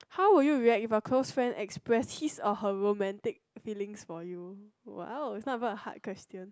how would you react if a close friend express his or her romantic feelings for you !wow! is not even a hard question